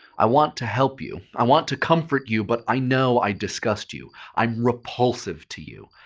i want to help you. i want to comfort you, but i know i disgust you. i'm repulsive to you.